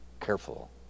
careful